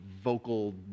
vocal